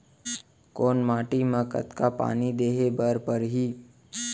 कोन माटी म कतका पानी देहे बर परहि?